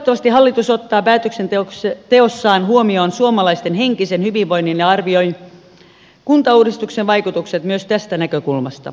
toivottavasti hallitus ottaa päätöksenteossaan huomioon suomalaisten henkisen hyvinvoinnin ja arvioi kuntauudistuksen vaikutukset myös tästä näkökulmasta